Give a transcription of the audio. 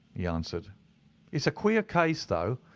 he answered it's a queer case though,